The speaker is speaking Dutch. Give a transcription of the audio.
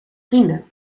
vrienden